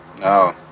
No